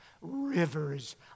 rivers